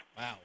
Wow